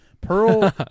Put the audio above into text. Pearl